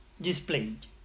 displayed